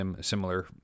similar